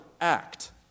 act